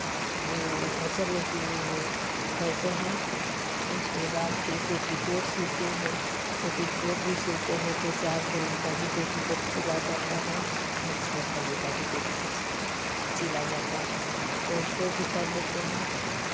आँचल में करते हैं उसके बाद फिर पेटीकोट सिलते हैं तो पेटीकोट भी सिलते हों तो चार कली का भी पेटीकोट सिला जाता है और छः कली का भी पेटीकोट सिला जाता है तो उसको भी कर लेते हैं